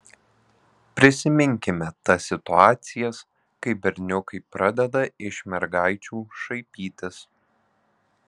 prisiminkime tas situacijas kai berniukai pradeda iš mergaičių šaipytis